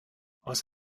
aus